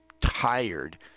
tired